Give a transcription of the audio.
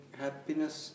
happiness